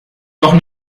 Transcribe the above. doch